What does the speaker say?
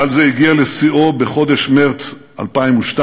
גל זה הגיע לשיאו בחודש מרס 2002,